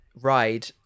ride